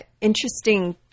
interesting